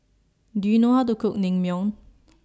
Do YOU know How to Cook Naengmyeon